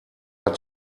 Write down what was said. hat